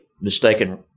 mistaken